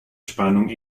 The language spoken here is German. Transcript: spannung